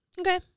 Okay